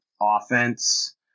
offense